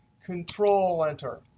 control enter,